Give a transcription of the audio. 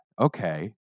Okay